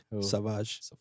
Savage